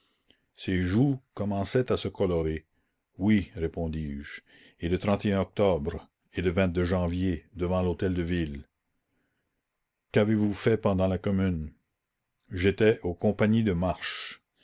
ses joues commençaient à se colorer oui répondis-je et le octobre et le janvier devant lhôtel deville qu'avez-vous fait pendant la commune j'étais aux compagnies de marche